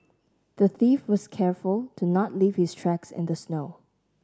the thief was careful to not leave his tracks in the snow